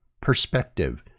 perspective